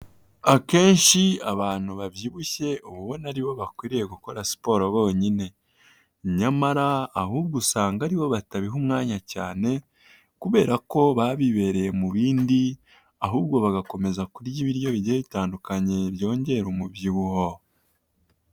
Akenshi abantu babyibushye Uba ubona aribo bakwiriye gukora siporo bonyine, nyamara ahubwo usanga aribo batabiha umwanya cyane, kubera ko baba bibereye mu bindi, ahubwo bagakomeza kurya ibiryo bigiye bitandukanye byongera umubyibuho.